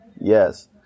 Yes